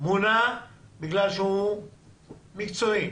שמונה בגלל שהוא מקצועי,